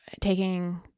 taking